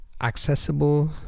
Accessible